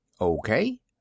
Okay